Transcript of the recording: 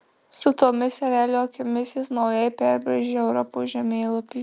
su tomis erelio akimis jis naujai perbraižė europos žemėlapį